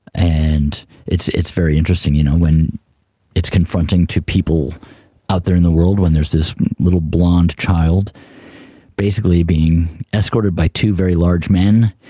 and it's very interesting, you know when its confronting to people out there in the world when there's this little blond child basically being escorted by two very large men,